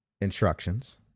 instructions